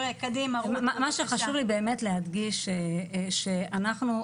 מה שחשוב לי באמת להדגיש שזה שאנחנו,